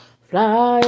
fly